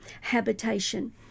habitation